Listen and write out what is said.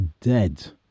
dead